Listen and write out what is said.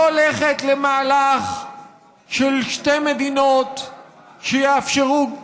לא הולכת למהלך של שתי מדינות שיאפשר גם